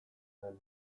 den